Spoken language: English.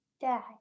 Dad